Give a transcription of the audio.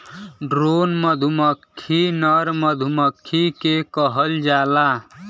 drone मधुमक्खी नर मधुमक्खी के कहल जाला